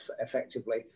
effectively